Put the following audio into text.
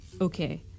Okay